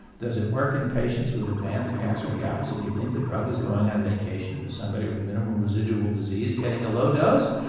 does it work in patients with advanced cancer? yeah. i said do you think the drug is going on vacation for somebody with minimal residual disease getting a low dose?